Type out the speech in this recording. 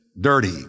dirty